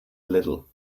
little